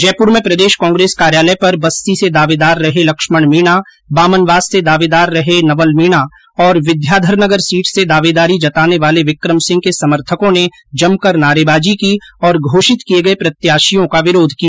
जयपुर में प्रदेष कांग्रेस कार्यालय पर बस्सी से दावेदार रहे लक्ष्मण मीणा बामनवास से दावेदार रहे नवल मीणा और विद्याद्यर नगर सीट से दावेदारी जताने वाले विक्रम सिंह के समर्थकों ने जमकर नारेबाजी की और घोषित किये गये प्रत्याषियों का विरोध किया